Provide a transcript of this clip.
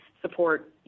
support